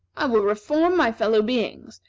i will reform my fellow beings,